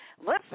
Listen